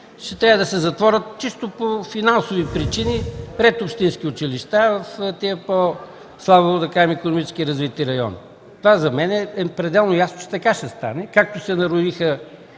Ще трябва да се затворят чисто по финансови причини ред общински училища в тези по-слабо икономически развити райони. За мен е пределно ясно, че така ще стане. Както се нароиха